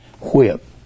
whip